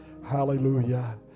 Hallelujah